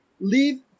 leave